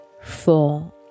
four